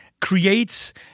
creates